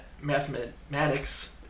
mathematics